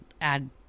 add